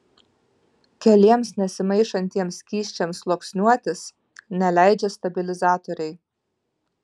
keliems nesimaišantiems skysčiams sluoksniuotis neleidžia stabilizatoriai